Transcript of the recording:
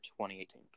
2018